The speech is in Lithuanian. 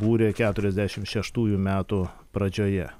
būrė keturiasdešim šeštųjų metų pradžioje